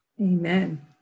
Amen